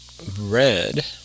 Red